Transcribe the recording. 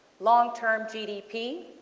long term g. d p.